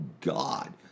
God